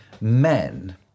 men